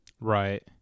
Right